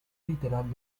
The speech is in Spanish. literal